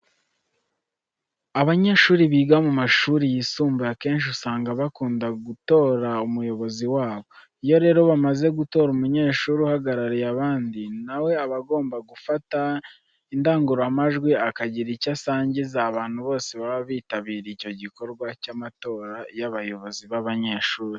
Abanyeshuri biga mu mashuri yisumbuye akenshi usanga bakunda gutora umuyobozi wabo. Iyo rero bamaze gutora umunyeshuri uhagarariye abandi, na we aba agomba gufata indangururamajwi akagira icyo asangiza abantu bose baba bitabiriye icyo gikorwa cy'amatora y'abayobozi b'abanyeshuri.